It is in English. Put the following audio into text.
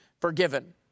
forgiven